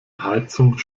heizung